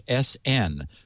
sn